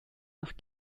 nach